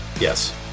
Yes